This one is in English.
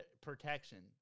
protection